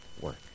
work